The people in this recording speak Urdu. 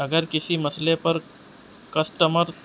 اگر کسی مسئلے پر کسٹمر